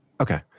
Okay